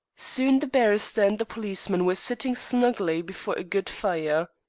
soon the barrister and the policeman were sitting snugly before a good fire.